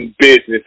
business